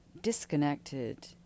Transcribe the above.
disconnected